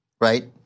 right